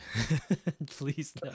Please